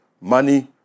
money